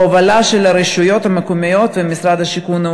בהובלה של הרשויות המקומיות ומשרד הבינוי והשיכון,